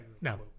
no